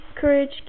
courage